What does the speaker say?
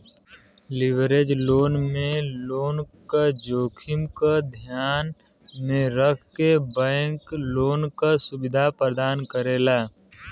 leverage loan में loan क जोखिम क ध्यान में रखके बैंक लोन क सुविधा प्रदान करेला